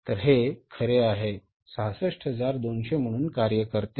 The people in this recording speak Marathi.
तर हे खरे आहे 66200 म्हणून कार्य करते